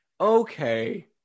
Okay